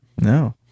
No